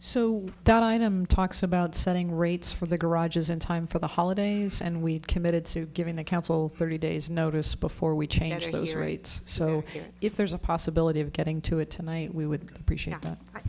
so that item talks about setting rates for the garages in time for the holidays and we've committed to giving the council thirty days notice before we change those rates so if there's a possibility of getting to it tonight we would appreciate